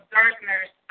darkness